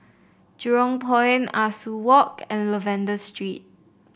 Jurong Point Ah Soo Walk and Lavender Street